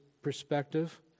perspective